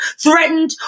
threatened